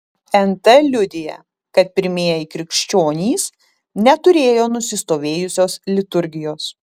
nt liudija kad pirmieji krikščionys neturėjo nusistovėjusios liturgijos